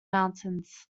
mountains